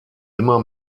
immer